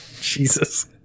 Jesus